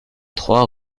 trois